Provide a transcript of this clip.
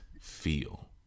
feel